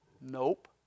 Nope